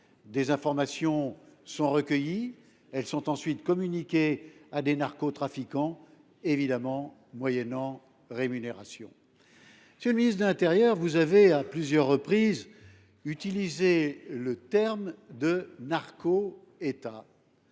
des informations sont recueillies et sont ensuite communiquées à des narcotrafiquants, moyennant rémunération. Monsieur le ministre de l’intérieur, vous avez à plusieurs reprises utilisé le terme de « narco État ».